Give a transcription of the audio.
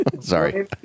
Sorry